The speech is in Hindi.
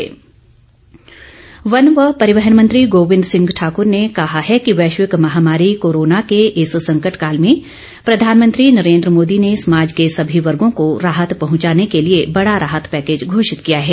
गोविंद ठाकुर वन व परिवहन मंत्री गोविंद सिंह ठाक्र ने कहा है कि वैश्विक महामारी कोरोना के इस संकटकाल में प्रधानमंत्री नरेन्द्र मोदी ने समाज के सभी वर्गों को राहत पहुंचाने के लिए बड़ा राहत पैकेज घोषित किया है